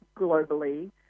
globally